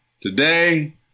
today